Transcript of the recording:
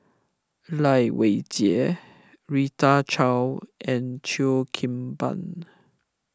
Lai Weijie Rita Chao and Cheo Kim Ban